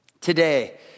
Today